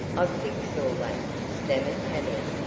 i've fixed all that, stammered tavia.